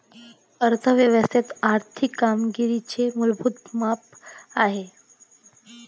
अर्थ व्यवस्थेच्या आर्थिक कामगिरीचे मूलभूत माप आहे